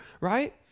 right